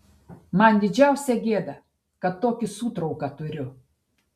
man didžiausia gėda kad tokį sūtrauką turiu